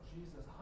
Jesus